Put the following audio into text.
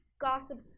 Gossip